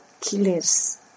killers